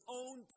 own